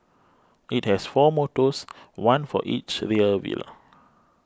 it has four motors one for each rear wheel